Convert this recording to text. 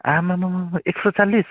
आम्मामामामामा एक सय चालिस